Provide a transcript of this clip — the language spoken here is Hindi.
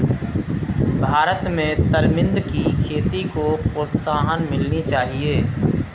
भारत में तरमिंद की खेती को प्रोत्साहन मिलनी चाहिए